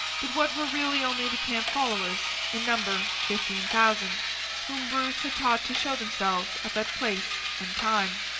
but what were really only the camp followers, in number fifteen thousand whom bruce had taught to show themselves at that place and time.